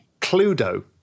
Cluedo